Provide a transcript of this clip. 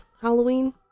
halloween